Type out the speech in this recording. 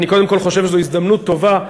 אני קודם כול חושב שזאת הזדמנות טובה,